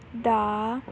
ਦਾ